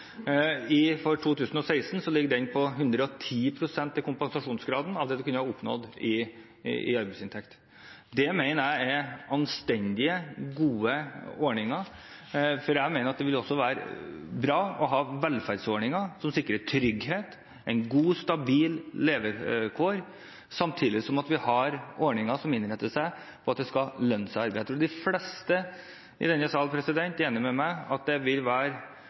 Det mener jeg er anstendige og gode ordninger, for jeg mener det er bra å ha velferdsordninger som sikrer trygghet og gode, stabile levevilkår, samtidig som vi har ordninger som er innrettet slik at det skal lønne seg å arbeide. Jeg tror de fleste i denne salen er enig med meg i at det vil være